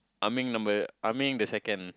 Ah-Meng number Ah-Meng the second